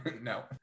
no